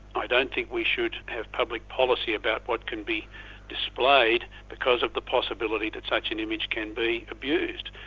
i don't think we should have public policy about what can be displayed because of the possibility that such an image can be abused.